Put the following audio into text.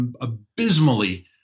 abysmally